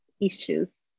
issues